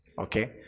okay